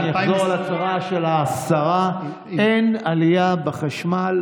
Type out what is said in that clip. אני אחזור על ההצהרה של השרה: אין עלייה בחשמל,